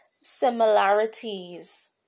similarities